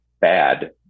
bad